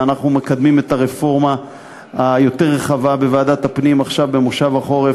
ואנחנו מקדמים את הרפורמה היותר רחבה בוועדת הפנים עכשיו במושב החורף,